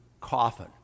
coffin